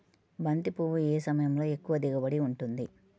బంతి పువ్వు ఏ సమయంలో ఎక్కువ దిగుబడి ఉంటుంది?